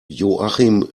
joachim